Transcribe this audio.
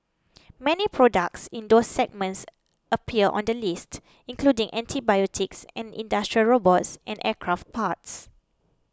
many products in those segments appear on the list including antibiotics and industrial robots and aircraft parts